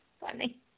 Funny